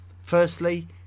Firstly